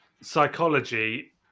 psychology